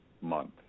month